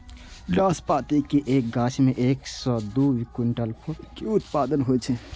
नाशपाती के एक गाछ मे एक सं दू क्विंटल फल के उत्पादन होइ छै